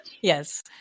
Yes